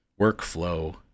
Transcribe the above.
Workflow